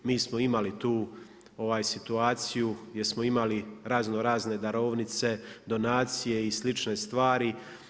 Mi smo imali tu situaciju jer smo imali razno razne darovnice, donacije i slične stvari.